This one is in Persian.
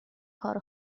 کار